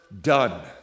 done